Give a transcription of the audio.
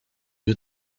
you